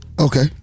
Okay